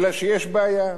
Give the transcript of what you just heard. אלא שיש בעיה.